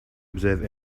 observe